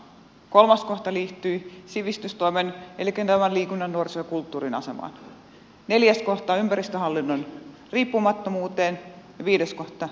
kolmas kohta liittyi sivistystoimen elikkä liikunnan nuorison ja kulttuurin asemaan neljäs kohta ympäristöhallinnon riippumattomuuteen ja viides kohta työsuojelupiireihin